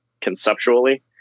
conceptually